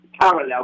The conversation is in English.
parallel